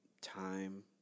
time